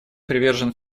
привержен